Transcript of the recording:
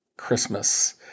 Christmas